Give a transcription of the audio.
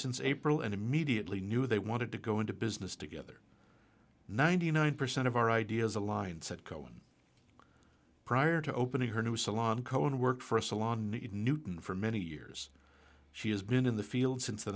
since april and immediately knew they wanted to go into business together ninety nine percent of our ideas align said cohen prior to opening her new salon cohen worked for a salon need newton for many years she has been in the field